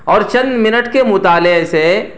اور چند منٹ کے مطالعے سے